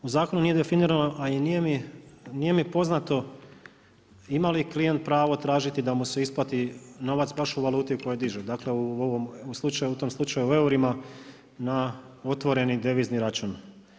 U zakonu nije definirano, a i nije mi poznato ima li klijent pravo tražiti da mu se isplati novac baš u valuti u kojoj diže, dakle u tom slučaju u eurima na otvoreni devizni račun.